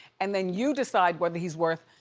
and then you decide whether he's worth,